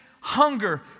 hunger